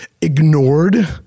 ignored